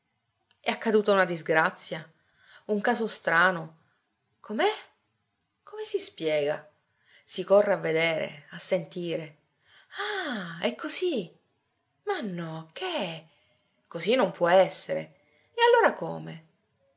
è accaduta una disgrazia un caso strano com'è come si spiega si corre a vedere a sentire ah è così ma no che così non può essere e allora come